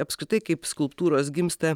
apskritai kaip skulptūros gimsta